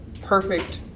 perfect